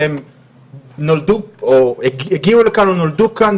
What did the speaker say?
שהם הגיעו לכאן או נולדו כאן,